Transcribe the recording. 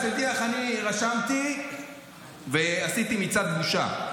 שתדעי לך, אני רשמתי ועשיתי מצעד בושה.